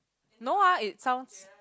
no ah it sounds